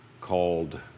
called